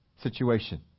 situation